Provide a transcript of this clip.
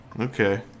Okay